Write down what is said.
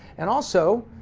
and also,